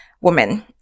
woman